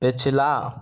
पिछला